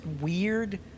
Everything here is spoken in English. weird